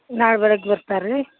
ನಾಳೆ ಬೆಳಗ್ಗೆ ಬರ್ತಾರ ರೀ